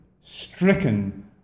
stricken